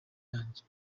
yanjye